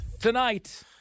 tonight